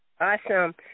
Awesome